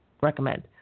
recommend